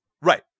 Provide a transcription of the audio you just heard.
Right